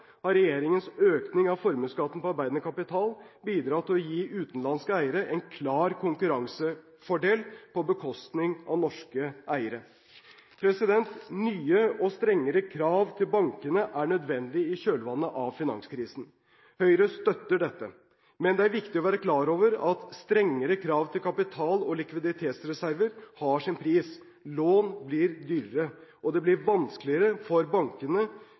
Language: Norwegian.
har regjeringens økning av formuesskatten på arbeidende kapital bidratt til å gi utenlandske eiere en klar konkurransefordel på bekostning av norske eiere. Nye og strengere krav til bankene er nødvendig i kjølvannet av finanskrisen. Høyre støtter dette. Men det er viktig å være klar over at strengere krav til kapital og likviditetsreserver har sin pris. Lån blir dyrere, og det blir vanskeligere for bankene